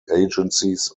agencies